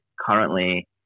currently